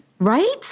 Right